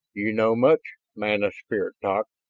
you know much, man of spirit talk.